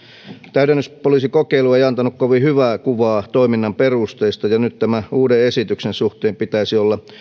täydennyspoliisikokeilu ei antanut kovin hyvää kuvaa toiminnan perusteista ja nyt tämän uuden esityksen suhteen pitäisi olla